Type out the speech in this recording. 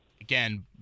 again